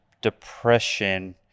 depression